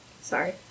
Sorry